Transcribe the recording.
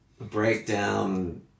Breakdown